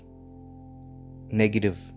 negative